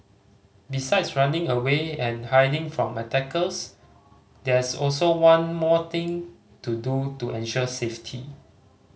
besides running away and hiding from attackers there's also one more thing to do to ensure safety